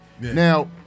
Now